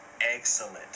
excellent